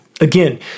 Again